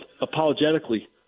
apologetically